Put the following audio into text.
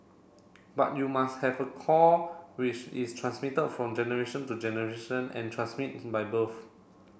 but you must have a core which is transmitted from generation to generation and transmit by birth